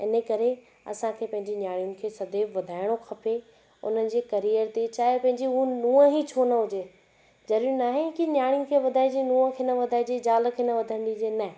इन करे असांखे पंहिंजी नियाणियुनि खे सदैव वधाइणो खपे उन्हनि जे कैरियर ते चाहे पंहिंजी हूअ नूंहं ई छो न हुजे ज़रूरी न आहे कि नियाणियुनि खे वधाइजे नूंहं खे न वधाइजे ज़ाल खे न वधणु ॾिजे न